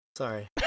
Sorry